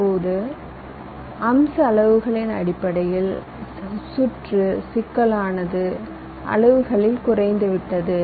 இப்போது அம்ச அளவுகளின் அடிப்படையில் சுற்று சிக்கலானது அளவுகளில் குறைந்துவிட்டது